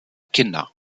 kinder